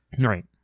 Right